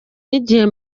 n’igihe